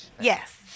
Yes